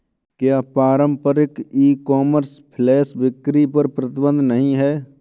क्या पारंपरिक e commerce flash बिक्री पर प्रतिबंध नहीं है?